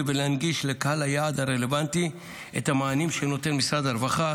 ולהנגיש לקהל היעד הרלוונטי את המענים שנותן משרד הרווחה,